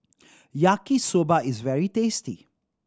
Yaki Soba is very tasty